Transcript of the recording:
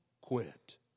quit